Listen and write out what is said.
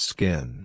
Skin